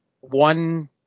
one